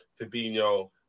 Fabinho